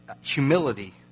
humility